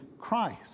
Christ